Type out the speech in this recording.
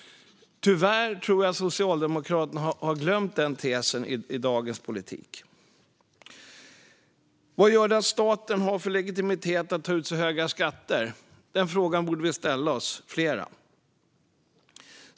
Tyvärr tror jag att Socialdemokraterna har glömt den tesen i dagens politik. Vad ger staten legitimitet att ta ut så höga skatter? Den frågan borde flera av oss ställa sig.